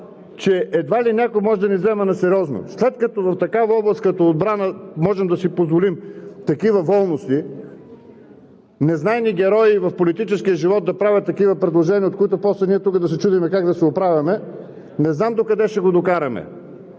че едва ли някой може да ни вземе на сериозно. След като в такава област като отбрана можем да си позволим такива волности, незнайни герои в политическия живот да правят такива предложения, от които после ние тук да се чудим как да се оправяме, не знам докъде ще го докараме.